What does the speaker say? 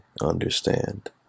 understand